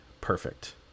perfect